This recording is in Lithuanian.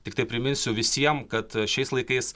tiktai priminsiu visiem kad šiais laikais